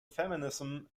feminism